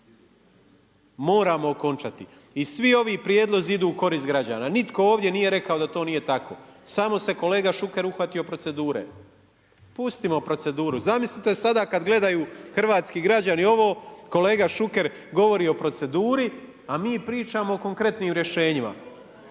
moramo okončati. I svi ovi prijedlozi idu u korist građana, nitko ovdje nije rekao da to nije tako, samo se kolega Šuker uhvatio procedure. Pustimo proceduru, zamislite sada kada gledaju hrvatski građani ovo kolega Šuker govori o proceduri, a mi pričamo o konkretnim rješenjima,